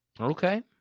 Okay